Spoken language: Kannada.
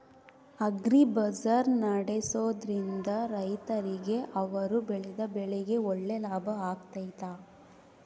ಅಗ್ರಿ ಬಜಾರ್ ನಡೆಸ್ದೊರಿಂದ ರೈತರಿಗೆ ಅವರು ಬೆಳೆದ ಬೆಳೆಗೆ ಒಳ್ಳೆ ಲಾಭ ಆಗ್ತೈತಾ?